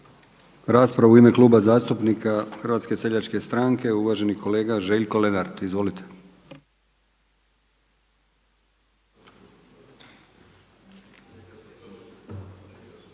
raspravu u ime Kluba zastupnika HSS-a, uvaženi kolega Željko Lenart. Izvolite.